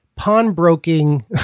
pawnbroking